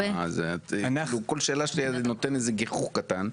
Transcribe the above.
כל שאלה שלי אתה נותן איזה גיחוך קטן,